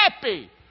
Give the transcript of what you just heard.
happy